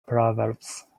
proverbs